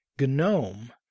Gnome